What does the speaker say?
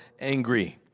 angry